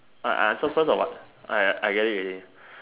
uh uh so first or what I I get it already